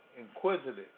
inquisitive